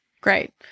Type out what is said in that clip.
Great